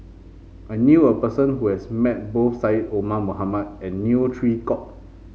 I knew a person who has met both Syed Omar Mohamed and Neo Chwee Kok